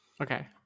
okay